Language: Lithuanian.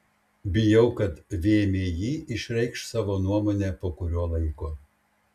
bijau kad vmi išreikš savo nuomonę po kurio laiko